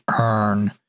earn